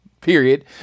period